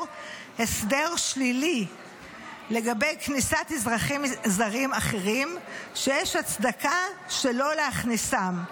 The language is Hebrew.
הסדר שלילי לגבי כניסת אזרחים זרים אחרים שיש הצדקה שלא להכניסם,